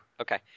Okay